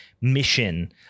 mission